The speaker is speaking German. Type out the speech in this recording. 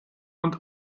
und